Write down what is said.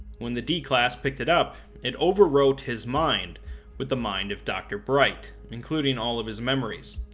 when the d-class picked it up, it overwrote his mind with the mind of dr. bright, including all of his memories.